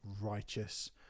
righteous